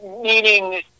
Meaning